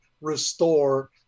restore